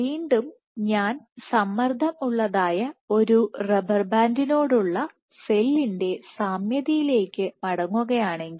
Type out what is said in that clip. വീണ്ടും ഞാൻ സമ്മർദ്ദം ഉള്ളതായ ഒരുറബ്ബർ ബാൻഡിനോടുള്ള സെല്ലിന്റെ സാമ്യതയിലേക്ക് മടങ്ങുകയാണെങ്കിൽ